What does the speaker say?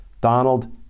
Donald